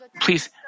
Please